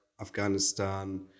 Afghanistan